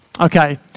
Okay